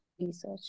research